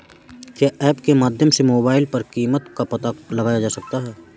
क्या ऐप के माध्यम से मोबाइल पर कीमत का पता लगाया जा सकता है?